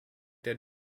der